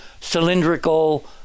cylindrical